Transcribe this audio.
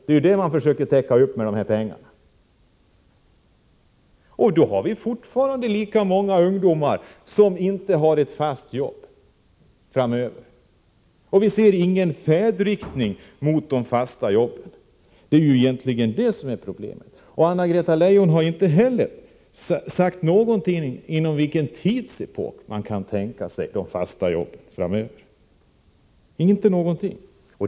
Det är det som man försöker åstadkomma med dessa pengar. Då har vi framöver fortfarande lika många ungdomar utan ett fast jobb. Vi ser ingen färdriktning mot de fasta jobben. Det är egentligen det som är problemet. Anna-Greta Leijon har inte heller sagt någonting om inom vilken tidsepok som regeringen kan tänka sig de fasta jobben.